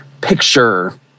picture